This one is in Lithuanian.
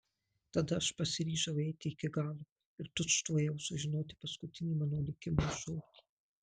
tada aš pasiryžau eiti iki galo ir tučtuojau sužinoti paskutinį mano likimo žodį